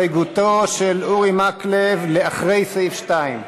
מי בעד ומי נגד הסתייגותו של אורי מקלב לאחרי סעיף 2?